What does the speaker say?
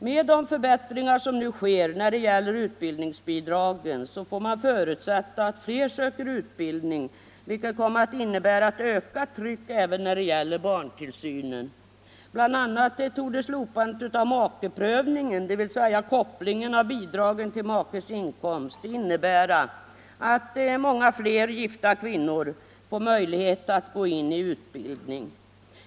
Med de förbättringar som nu sker när det gäller utbildningsbidragen får man förutsätta att fler söker utbildning, vilket kommer att innebära ett ökat tryck även när det gäller barntillsynen. Bl. a. torde slopandet av ”makeprövningen”, dvs. kopplingen av bidragen till makes inkomst, innebära att många flera gifta kvinnor får möjlighet att gå in i utbildning.